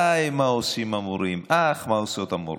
איי, מה עושים המורים, אח, מה עושות המורות,